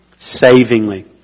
savingly